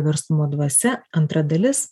verslumo dvasia antra dalis